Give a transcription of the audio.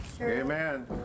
Amen